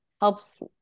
helps